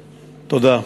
תודה.